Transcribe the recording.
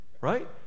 right